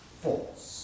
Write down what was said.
false